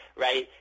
right